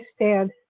understand